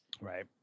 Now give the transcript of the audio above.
right